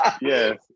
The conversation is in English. Yes